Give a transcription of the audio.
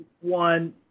one